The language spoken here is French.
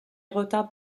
retardent